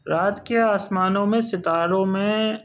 رات کے آسمانوں میں ستاروں میں